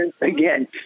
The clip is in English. again